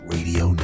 Radio